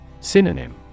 Synonym